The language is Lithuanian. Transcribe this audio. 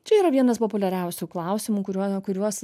čia yra vienas populiariausių klausimų kuriuo nekuriuos